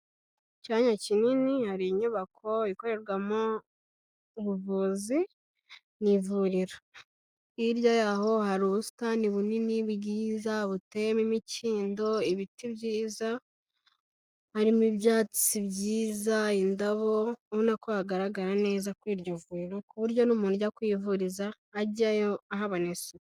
Icyanya kinini hari inyubako ikorerwamowo ubuvuzi ni ivuriro, hirya yaho hari ubusitani bunini bwiza buteyemo imikindo, ibiti byiza, harimo ibyatsi byiza, indabo ubona ko hagaragara neza kuri iryo vuriro ku buryo n'umuntu ujya kuhivuriza ajyayo ahabona isuku.